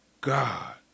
God